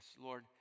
Lord